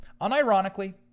unironically